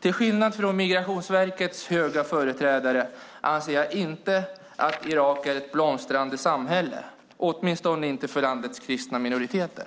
Till skillnad från Migrationsverkets höga företrädare anser jag inte att Irak är ett blomstrande samhälle, åtminstone inte för landets kristna minoriteter.